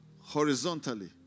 horizontally